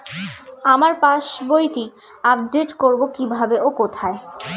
আমার পাস বইটি আপ্ডেট কোরবো কীভাবে ও কোথায়?